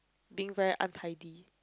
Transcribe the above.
being very untidy